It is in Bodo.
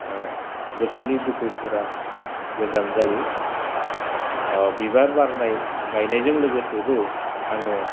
गोसोनि दुखुफोरा गोजान जायो बिबार बारनाय गायनायजों लोगोसेबो आङो